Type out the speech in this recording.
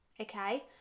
Okay